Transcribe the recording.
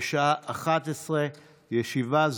בשעה 11:00.